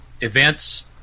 events